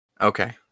Okay